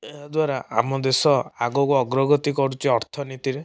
ଏହାଦ୍ବାରା ଆମ ଦେଶ ଆଗକୁ ଅଗ୍ରଗତି କରୁଛି ଅର୍ଥନୀତିରେ